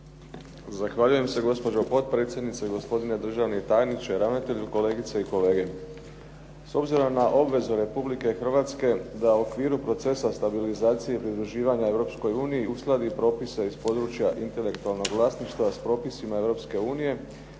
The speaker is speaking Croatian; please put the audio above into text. Zahvaljujem se gospođo potpredsjednice i gospodine državni tajniče, ravnatelju, kolegice i kolege. S obzirom na obvezu Republike Hrvatske da u okviru procesa stabilizacije i pridruživanja Europskoj uniji uskladi propise iz područja intelektualnog vlasništva sa propisima